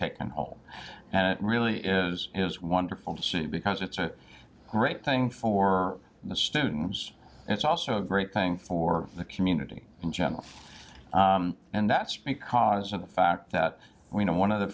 taken and it really is it is wonderful to see because it's a great thing for the students and it's also a great thing for the community in general and that's because of the fact that we know one of the